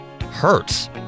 hurts